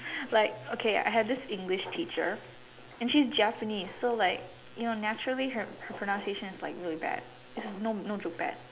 like okay I had this English teacher and she's Japanese so like you will naturally have her pronunciation is like really bad is a no no bad